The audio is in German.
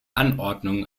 anordnungen